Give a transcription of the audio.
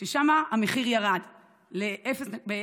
ששם המחיר ירד ב-0.04%.